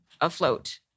afloat